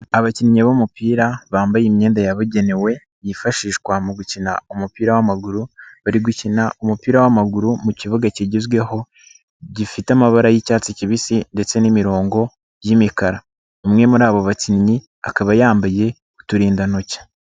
Abakinnyi b'umupira bambaye imyenda yabugenewe yifashishwa mu gukina umupira w'amaguru, bari gukina umupira w'amaguru mu kibuga kigezweho gifite amabara y'icyatsi kibisi ndetse n'imirongo y'imikara. Umwe muri abo bakinnyi akaba yambaye uturindantoki.